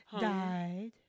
Died